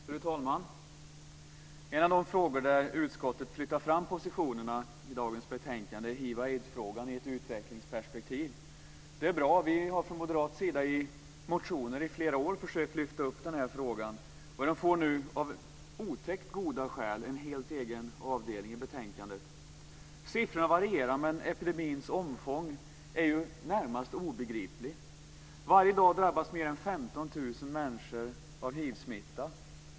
Fru talman! En av de frågor där utskottet flyttar fram positionerna är hiv/aids-frågan i ett utvecklingsperspektiv. Det är bra, för vi har från moderaternas sida i motioner i flera år försökt lyfta upp den här frågan. Den får nu, av otäckt goda skäl, en helt egen avdelning i betänkandet. Siffrorna varierar, men epidemins omfång är ju närmast obegriplig. Varje dag drabbas mer än 15 000 människor av hivsmitta.